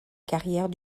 carrière